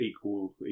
equal